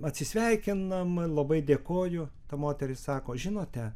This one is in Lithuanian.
atsisveikinam labai dėkoju ta moteris sako žinote